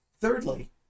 Thirdly